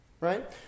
right